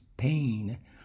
Pain